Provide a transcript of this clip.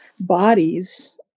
bodies